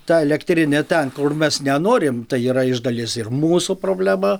ta elektrinė ten kur mes nenorim tai yra iš dalies ir mūsų problema